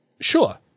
sure